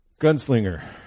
Gunslinger